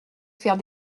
faire